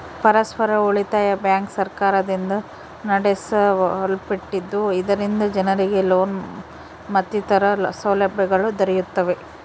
ಪರಸ್ಪರ ಉಳಿತಾಯ ಬ್ಯಾಂಕ್ ಸರ್ಕಾರದಿಂದ ನಡೆಸಲ್ಪಟ್ಟಿದ್ದು, ಇದರಿಂದ ಜನರಿಗೆ ಲೋನ್ ಮತ್ತಿತರ ಸೌಲಭ್ಯಗಳು ದೊರೆಯುತ್ತವೆ